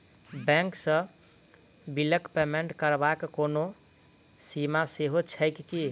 Bank सँ बिलक payment करबाक कोनो सीमा सेहो छैक की?